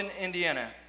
Indiana